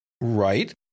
Right